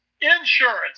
insurance